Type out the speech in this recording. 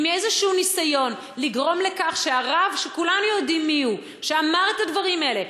אם יהיה איזה ניסיון לגרום לכך שהרב שאמר את הדברים האלה,